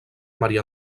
maria